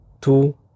two